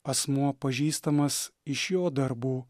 asmuo pažįstamas iš jo darbų